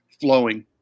flowing